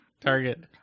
Target